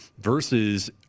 versus